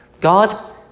God